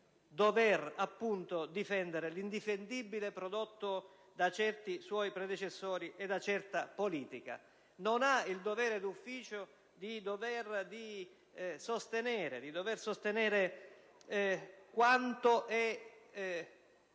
dovere di ufficio di difendere l'indifendibile prodotto da certi suoi predecessori e da certa politica. Non ha il dovere di ufficio di sostenere quanto è